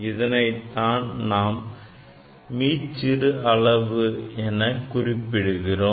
இதனை தான் நாம் மீச்சிறு அளவு எனக் குறிப்பிடுகிறோம்